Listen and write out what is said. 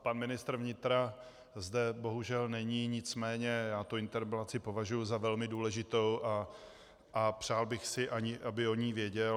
Pan ministr vnitra zde bohužel není, nicméně já tu interpelaci považuji za velmi důležitou a přál bych si, aby o ní věděl.